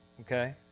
okay